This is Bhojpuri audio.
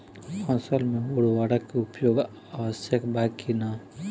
फसल में उर्वरक के उपयोग आवश्यक बा कि न?